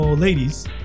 ladies